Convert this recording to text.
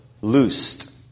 loosed